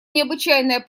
необычайное